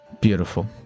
Beautiful